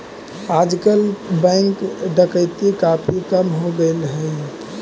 आजकल बैंक डकैती काफी कम हो गेले हई